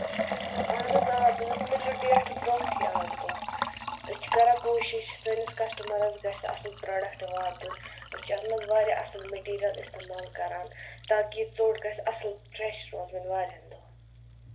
اَہَن حظ آ تُہۍ حظ میلیو ڈیٹہٕ برٛونٛٹھٕے اَکھ دۄہ أسۍ چھِ کَران کوٗشِش سٲنِس کَسٹٕمَرَس گژھِ اَصٕل پرٛوڈَکٹہٕ واتُن أسۍ چھِ اَتھ منٛز واریاہ اَصٕل میٹیٖریَل اِستعمال کَران تاکہِ یہِ ژوٚٹ گژھِ اَصٕل فرٛٮ۪ش روزٕنۍ واریاہَن دۄہَن